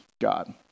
God